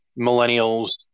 millennials